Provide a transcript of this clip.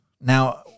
Now